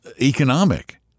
economic